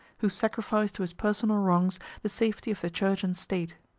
who sacrificed to his personal wrongs the safety of the church and state.